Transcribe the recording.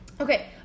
okay